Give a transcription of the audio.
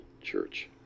Church